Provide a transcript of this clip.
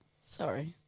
sorry